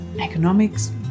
economics